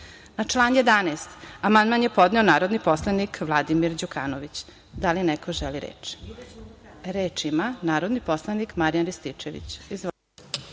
član 11. amandman je podneo narodni poslanik Vladimir Đukanović. Da li neko želi reč? (Da)Reč ima narodni poslanik Marijan Rističević. Izvolite.